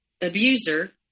Abuser